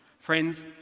Friends